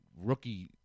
rookie